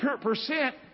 percent